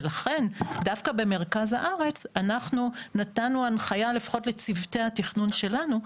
לכן דווקא במרכז הארץ אנחנו נתנו הנחיה לפחות לצוותי התכנון שלנו,